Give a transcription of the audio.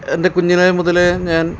എന്റെ കുഞ്ഞിലേ മുതലേ ഞാന്